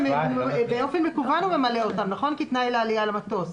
באופן מקוון הוא ממלא אותם, כתנאי לעלייה למטוס.